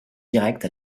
directe